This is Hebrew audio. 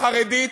או חרדית,